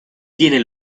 tiene